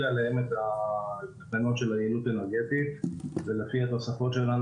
עליהן את התקנות של היעילות האנרגטית ולפי התוספות שלנו